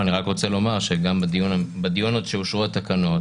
בדיון עוד שאושרו התקנות,